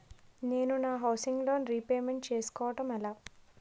నేను నా housing loan repayment చేసుకోవటం ఎలా?